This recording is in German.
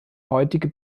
heutige